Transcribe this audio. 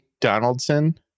donaldson